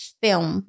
film